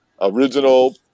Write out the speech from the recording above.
original